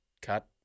cut